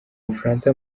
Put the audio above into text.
bufaransa